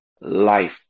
life